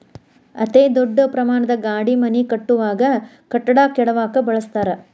ಅತೇ ದೊಡ್ಡ ಪ್ರಮಾಣದ ಗಾಡಿ ಮನಿ ಕಟ್ಟುವಾಗ, ಕಟ್ಟಡಾ ಕೆಡವಾಕ ಬಳಸತಾರ